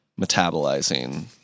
metabolizing